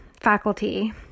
faculty